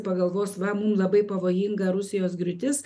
pagalvos va mum labai pavojinga rusijos griūtis